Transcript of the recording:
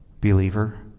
believer